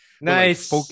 nice